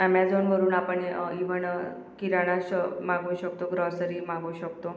ॲमेझॉनवरून आपण ईव्हन किराणाच मागवू शकतो ग्रॉसरी मागवू शकतो